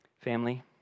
Family